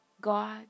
God